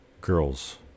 girls